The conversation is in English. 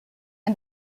and